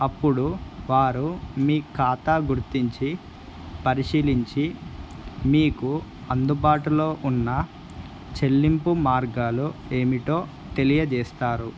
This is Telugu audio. అప్పుడు వారు మీ ఖాతా గుర్తించి పరిశీలించి మీకు అందుబాటులో ఉన్న చెల్లింపు మార్గాలు ఏమిటో తెలియజేస్తారు